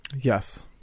Yes